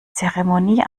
zeremonie